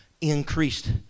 increased